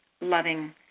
loving